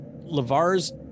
LeVar's